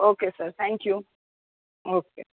okay sir thank you okay